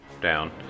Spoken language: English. down